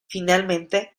finalmente